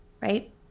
right